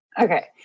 Okay